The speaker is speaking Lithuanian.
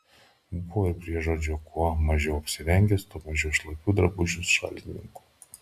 buvo ir priežodžio kuo mažiau apsirengęs tuo mažiau šlapių drabužių šalininkų